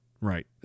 Right